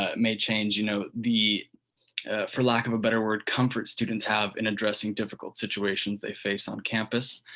ah may change, you know, the for lack of a better word, comfort students have in addressing difficult situations they face on campus.